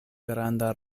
granda